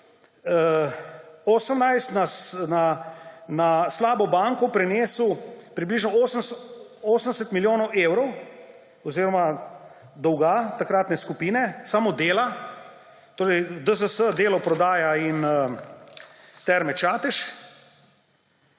2018 na slabo banko prenesel približno 80 milijonov evrov dolga takratne skupine, samo Dela: torej DZS, Delo prodaja in Terme Čatež